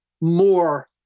more